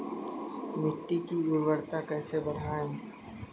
मिट्टी की उर्वरता कैसे बढ़ाएँ?